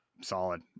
Solid